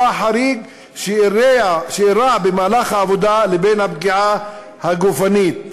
החריג שאירע במהלך העבודה לבין הפגיעה הגופנית.